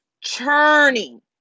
churning